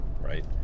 right